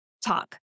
talk